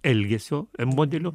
elgesio modelių